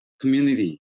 community